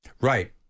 right